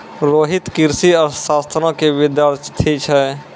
रोहित कृषि अर्थशास्त्रो के विद्यार्थी छै